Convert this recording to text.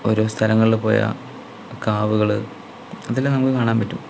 ഓരോ സ്ഥലങ്ങളില് പോയാൽ കാവുകള് ഇതെല്ലം നമുക്ക് കാണാൻ പറ്റും